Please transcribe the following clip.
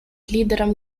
лидерам